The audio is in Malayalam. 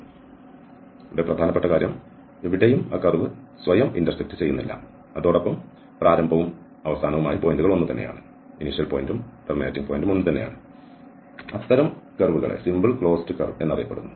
അതിനാൽ ഇവിടെ പ്രധാനപ്പെട്ട കാര്യം എവിടെയും സ്വയം ഇന്റർസെക്റ്റ് ചെയ്യുന്നില്ല അതോടൊപ്പം പ്രാരംഭവും അവസാനവുമായ പോയിന്റുകൾ ഒന്നുതന്നെയാണ് അത്തരം കർവ്കൾ സിമ്പിൾ ക്ലോസ്ഡ് കർവ് എന്നറിയപ്പെടുന്നു